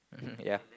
mmhmm yeah